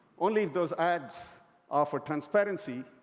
only if those ads are for transparency,